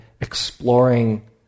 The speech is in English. exploring